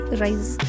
rise